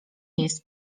jest